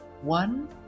One